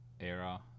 era